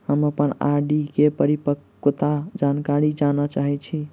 हम अप्पन आर.डी केँ परिपक्वता जानकारी जानऽ चाहै छी